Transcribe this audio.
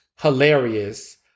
hilarious